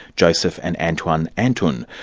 joseph and antoine antoun,